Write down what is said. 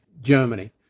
Germany